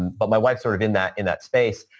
but my wife sort of in that in that space,